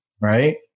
Right